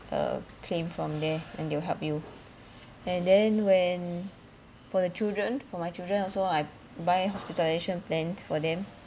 uh claim from there and they will help you and then when for the children for my children also I buy hospitalisation plans for them